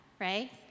right